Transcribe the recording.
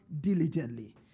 diligently